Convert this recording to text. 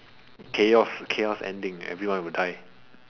chaos chaos ending everyone would die